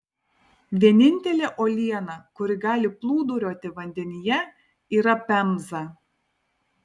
vienintelė uoliena kuri gali plūduriuoti vandenyje yra pemza